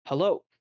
Hello